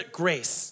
grace